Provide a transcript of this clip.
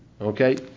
Okay